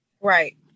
Right